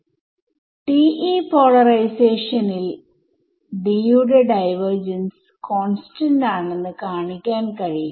TE പോളറൈസേഷനിൽ D യുടെ divergence constant ആണെന്ന് കാണിക്കാൻ കഴിയും